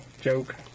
joke